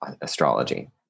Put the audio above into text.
astrology